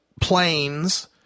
planes